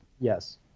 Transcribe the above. yes